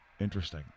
interesting